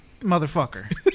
motherfucker